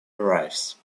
arrives